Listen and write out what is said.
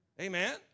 Amen